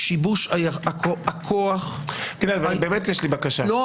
יש לזה השלכות על קשת מאוד רחבה של נושאים,